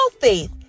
faith